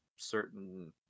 certain